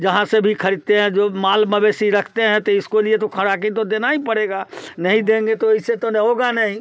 जहाँ से भी खरीदते हैं जो माल मवेशी रखते हैं तो इसको लिए तो खोराकी तो देना ही पड़ेगा नहीं देंगे तो ऐसे तो न होगा नहीं